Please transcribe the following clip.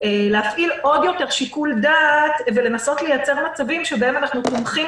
להפעיל עוד יותר שיקול דעת ולנסות לייצר מצבים שבהם אנחנו תומכים